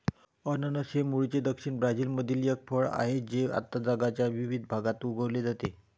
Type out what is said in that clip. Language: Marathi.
अननस हे मूळचे दक्षिण ब्राझीलमधील एक फळ आहे जे आता जगाच्या विविध भागात उगविले जाते